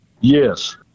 Yes